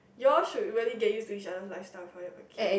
you all should very get use to each other lifestyle before you have a kid